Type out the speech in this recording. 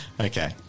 Okay